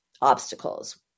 obstacles